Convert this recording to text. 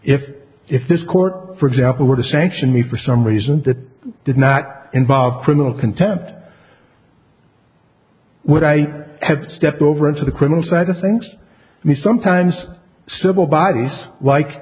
if if this court for example were to sanction me for some reason that did not involve criminal contempt would i have to step over into the criminal side of things me sometimes civil bodies like